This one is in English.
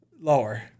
Lower